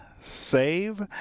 Save